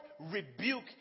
rebuke